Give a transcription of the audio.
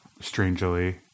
strangely